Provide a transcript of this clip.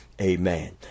Amen